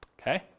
okay